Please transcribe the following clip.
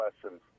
questions